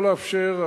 לא לאפשר,